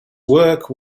work